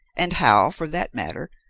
and how, for that matter,